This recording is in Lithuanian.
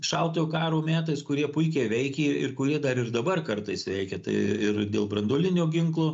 šaltojo karo metais kurie puikiai veikė ir kurie dar ir dabar kartais veikia tai ir dėl branduolinio ginklo